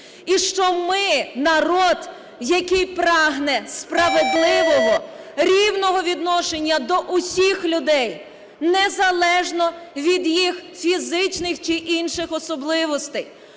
і що ми народ, який прагне справедливого, рівного відношення до усіх людей, незалежно від їх фізичних чи інших особливостей.